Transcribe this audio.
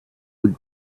would